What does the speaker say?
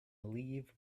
leave